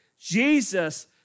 Jesus